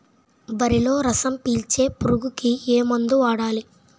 వరిలో రసం పీల్చే పురుగుకి ఏ మందు వాడాలి?